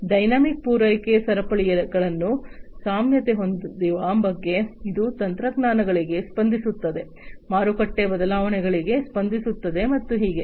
dynamic ಪೂರೈಕೆ ಸರಪಳಿಗಳನ್ನು ಸಾಮ್ಯತೆ ಹೊಂದುವ ಬಗ್ಗೆ ಇದು ತಂತ್ರಜ್ಞಾನಗಳಿಗೆ ಸ್ಪಂದಿಸುತ್ತದೆ ಮಾರುಕಟ್ಟೆ ಬದಲಾವಣೆಗಳಿಗೆ ಸ್ಪಂದಿಸುತ್ತದೆ ಮತ್ತು ಹೀಗೆ